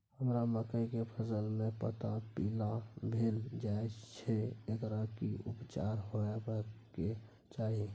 हमरा मकई के फसल में पता पीला भेल जाय छै एकर की उपचार होबय के चाही?